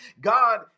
God